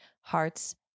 heart's